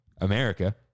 America